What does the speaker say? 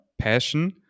passion